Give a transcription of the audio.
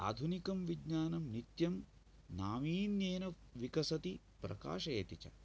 आधुनिकं विज्ञानं नित्यं नावीन्येन विकसति प्रकाशयति च